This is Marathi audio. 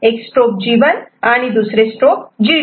एक स्ट्रोब G1 आणि दुसरे स्ट्रोब G2